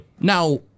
Now